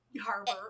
harbor